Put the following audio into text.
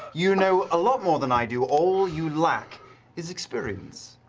you know a lot more than i do. all you lack is experience.